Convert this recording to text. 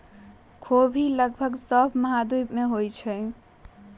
ख़ोबि लगभग सभ महाद्वीप में होइ छइ